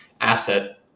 asset